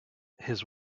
his